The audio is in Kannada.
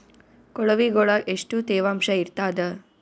ಕೊಳವಿಗೊಳ ಎಷ್ಟು ತೇವಾಂಶ ಇರ್ತಾದ?